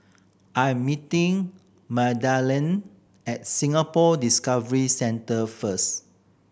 I am meeting Magdalene at Singapore Discovery Centre first